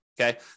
okay